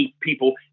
people